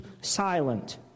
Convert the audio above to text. silent